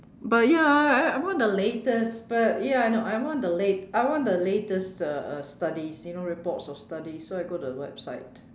but ya I I I want the latest but ya no I want the late~ I want the latest studies you know reports or studies so I go to the website